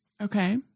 Okay